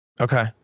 Okay